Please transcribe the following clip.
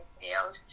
field